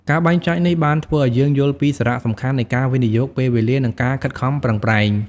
ការបែងចែកនេះ បានធ្វើឲ្យយើងយល់ពីសារៈសំខាន់នៃការវិនិយោគពេលវេលា និងការខិតខំប្រឹងប្រែង។